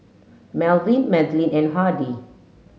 Melvyn Madeline and Hardie